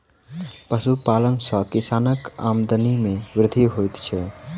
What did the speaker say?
पशुपालन सॅ किसानक आमदनी मे वृद्धि होइत छै